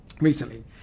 recently